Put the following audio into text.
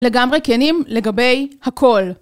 לגמרי כנים לגבי הכל.